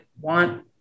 want